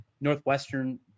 Northwestern